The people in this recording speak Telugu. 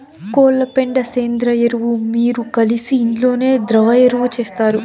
కోళ్ల పెండ సేంద్రియ ఎరువు మీరు కలిసి ఇంట్లోనే ద్రవ ఎరువు చేస్తారు